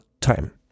time